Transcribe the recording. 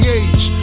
age